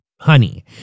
Honey